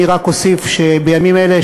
אני רק אוסיף שבימים אלה,